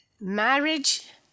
marriage